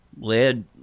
led